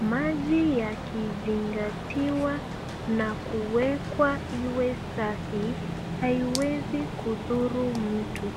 Maji yakizingatiwa na kuwekwa iwe safi, haiwezi kudhuru mtu.